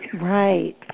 Right